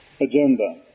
agenda